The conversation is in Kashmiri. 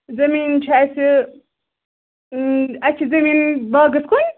زٔمیٖن چھِ اَسہِ اَسہِ چھِ زٔمیٖن باغَس کُن